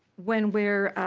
when we are